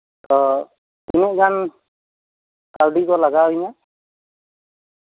ᱛᱚ ᱛᱤᱱᱟᱹᱜ ᱜᱟᱱ ᱠᱟᱹᱣᱰᱤ ᱠᱚ ᱞᱟᱜᱟᱣ ᱤᱧᱟ